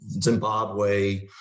Zimbabwe